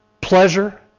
pleasure